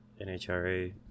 NHRA